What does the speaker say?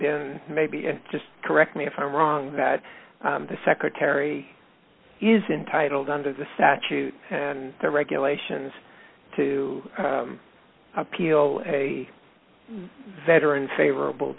been maybe just correct me if i'm wrong that the secretary is entitled under the statute and the regulations to appeal a veteran favorable